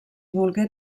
volgué